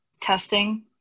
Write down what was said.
testing